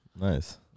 Nice